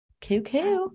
Cuckoo